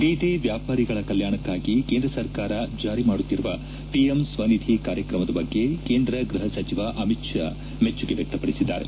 ಬೀದಿ ವ್ಯಾಪಾರಿಗಳ ಕಲ್ಯಾಣಕ್ಕಾಗಿ ಕೇಂದ್ರ ಸರ್ಕಾರ ಜಾರಿ ಮಾಡುತ್ತಿರುವ ಪಿಎಂ ಸ್ವನಿಧಿ ಕಾರ್ಯಕ್ರಮದ ಬಗ್ಗೆ ಕೇಂದ್ರ ಗ್ಬಹ ಸಚಿವ ಅಮಿತ್ ಷಾ ಮೆಚ್ಚುಗೆ ವ್ಯಕ್ತಪದಿಸಿದ್ದಾರೆ